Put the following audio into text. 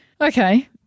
okay